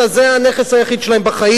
זה הנכס היחיד שלהם בחיים.